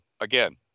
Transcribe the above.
again